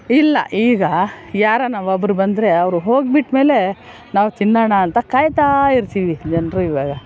ಇಲ್ಲ ಈಗ ಯಾರಾನ ಒಬ್ಬರು ಬಂದರೆ ಅವರು ಹೋಗ್ಬಿಟ್ಮೇಲೆ ನಾವು ತಿನ್ನೋಣ ಅಂತ ಕಾಯ್ತಾಯಿರ್ತೀವಿ ಜನರು ಇವಾಗ